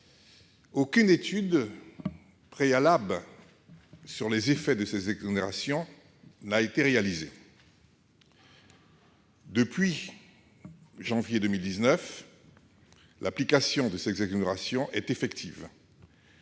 aucune étude préalable sur les effets de ces exonérations n'a été réalisée. Depuis janvier 2019, l'application de ces exonérations est effective